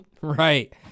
Right